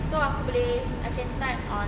so aku boleh I can start on